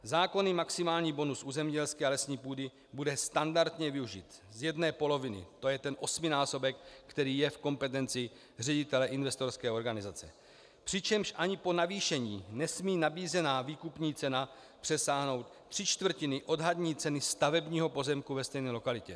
Zákonný maximální bonus u zemědělské a lesní půdy bude standardně využit z jedné poloviny, to je osminásobek, který je v kompetenci ředitele investorské organizace, přičemž ani po navýšení nesmí nabízená výkupní cena přesáhnout 3/4 odhadní ceny stavebního pozemku ve stejné lokalitě.